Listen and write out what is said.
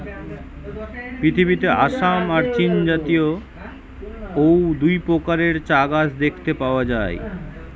পৃথিবীতে আসাম আর চীনজাতীয় অউ দুই প্রকারের চা গাছ দেখতে পাওয়া যায়